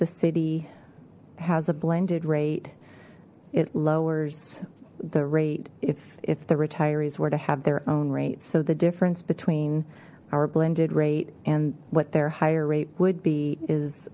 the city has a blended rate it lowers the rate if if the retirees were to have their own rates so the difference between our blended rate and what their higher rate would be is